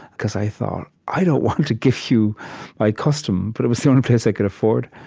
because i thought, i don't want to give you my custom. but it was the only place i could afford.